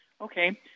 Okay